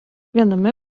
viename